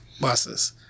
buses